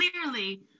clearly